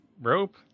Rope